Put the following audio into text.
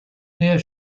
near